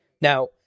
Now